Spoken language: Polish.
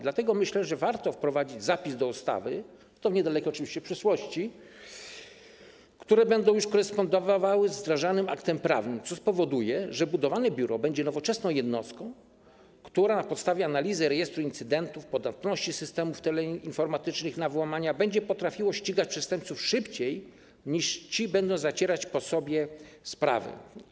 Dlatego myślę, że warto wprowadzić zapisy do ustawy, oczywiście w niedalekiej przyszłości, które będą już korespondowały z wdrażanym aktem prawnym, co spowoduje, że budowane biuro będzie nowoczesną jednostką, która na podstawie analizy rejestru incydentów podatności systemów teleinformatycznych na włamania będzie ścigać przestępców szybciej, niż ci będą zacierać po sobie ślady.